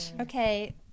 Okay